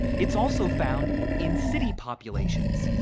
it's also found in city populations,